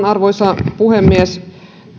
arvoisa puhemies